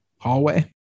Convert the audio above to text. hallway